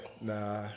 Nah